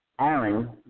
Aaron